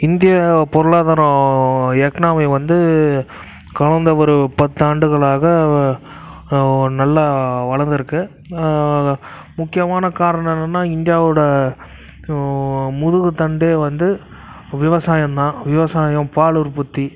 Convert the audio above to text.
India பொருளாதாரம் economy வந்து கடந்த ஒரு பத்தாண்டுகளாக நல்லா வளர்ந்துருக்கு முக்கியமான காரணம் என்னென்னா இந்தியாவோட முதுகுத்தண்டே வந்து விவசாயம் தான் விவசாயம் பால் உற்பத்தி